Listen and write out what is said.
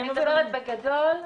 מדברת בגדול,